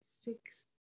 six